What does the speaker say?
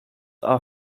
are